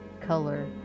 color